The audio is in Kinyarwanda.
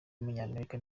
w’umunyamerika